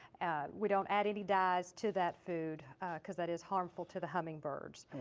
we don't add any dyes to that food because that is harmful to the hummingbirds.